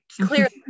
Clearly